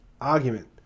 argument